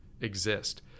exist